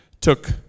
took